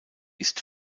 ist